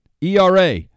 ERA